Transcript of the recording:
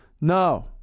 no